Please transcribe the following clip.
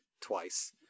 twice